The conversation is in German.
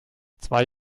zwei